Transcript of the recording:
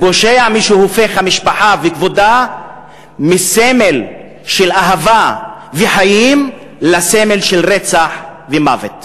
ופושע מי שהופך את המשפחה וכבודה מסמל של אהבה וחיים לסמל של רצח ומוות.